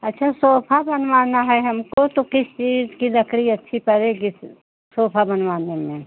अच्छा सोफा बनवाना है हमको तो किस चीज़ की लकड़ी अच्छी पड़ेगी सोफा बनवाने में